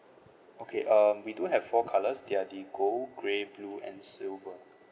okay um we do have four colours they are the gold grey blue and silver